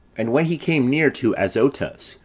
and when he came near to azotns,